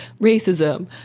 Racism